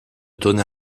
donna